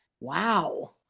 wow